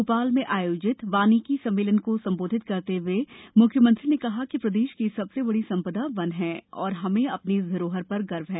भोपाल में आयोजित वानिकी सम्मेलन को संबोधित करते हुए मुख्यमंत्री ने कहा कि प्रदेश की सबसे बड़ी संपदा वन है और हमें अपनी इस धरोहर पर गर्व है